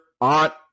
aunt